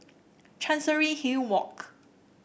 Chancery Hill Walk